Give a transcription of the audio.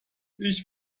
ich